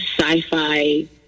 sci-fi